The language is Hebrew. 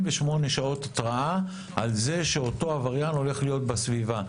שעות התראה על זה שאותו עבריין הולך להיות בסביבה,